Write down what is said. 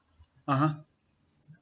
(uh huh)